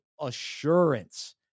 assurance